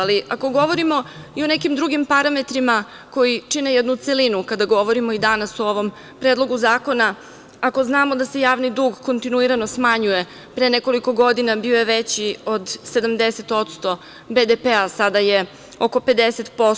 Ali, ako govorimo i o nekim drugim parametrima koji čine jednu celinu, kada govorimo i dan danas o ovom predlogu zakona, ako znamo da se javni dug kontinuirano smanjuje, pre nekoliko godina bio je veći od 70% BDP, sada je oko 50%